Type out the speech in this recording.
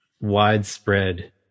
widespread